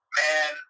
man